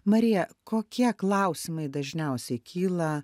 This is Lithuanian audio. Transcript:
marija kokie klausimai dažniausiai kyla